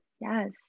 yes